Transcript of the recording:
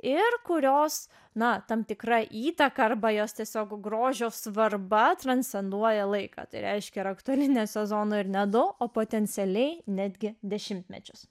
ir kurios na tam tikra įtaka arba jos tiesiog grožio svarba transcenduoja laiką reiškia ir aktuali ne sezono ir nedaug o potencialiai netgi dešimtmečius